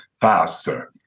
faster